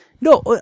no